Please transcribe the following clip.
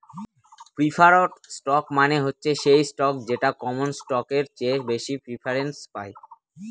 preferred stock মানে হচ্ছে সেই স্টক যেটা কমন স্টকের চেয়ে বেশি প্রিফারেন্স পায়